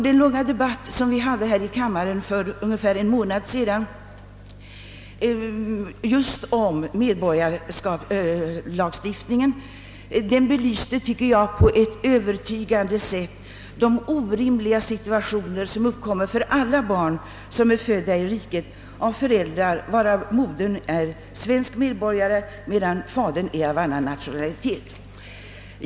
Den långa debatt som vi hade här i kammaren för ungefär en månad sedan just om medborskapslagstiftningen belyste på ett övertygande sätt de orimliga situationer som uppkommer för alla barn som är födda i riket av föräldrar, av vilka modern är svensk medborgare men fadern av annan nationalitet.